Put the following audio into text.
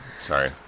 Sorry